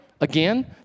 again